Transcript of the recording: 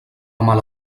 mala